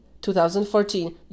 2014